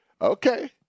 Okay